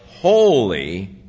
holy